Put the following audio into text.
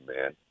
man